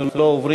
אנחנו לא עוברים,